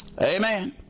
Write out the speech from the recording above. Amen